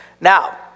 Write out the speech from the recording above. Now